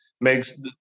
makes